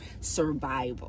survival